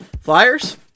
Flyers